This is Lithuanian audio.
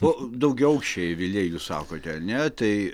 o daugiaaukščiai aviliai jūs sakote ne tai